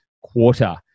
quarter